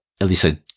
Elisa